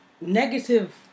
negative